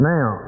Now